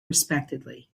respectively